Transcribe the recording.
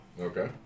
Okay